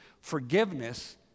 Forgiveness